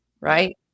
right